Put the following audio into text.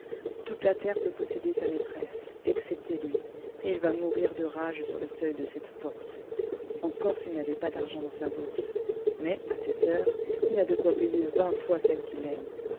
toute la terre peut posséder sa maîtresse excepté lui et il va mourir de rage sur le seuil de cette porte encore s'il n'avait pas d'argent dans sa bourse mais à cette heure il a de quoi payer vingt fois celle qu'il aime